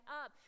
up